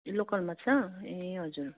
local माछा ए हजुर